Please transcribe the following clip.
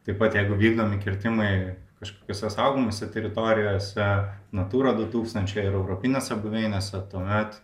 taip pat jeigu vykdomi kirtimai kažkokiose saugomose teritorijose natūra du tūkstančiai ar europinėse buveinėse tuomet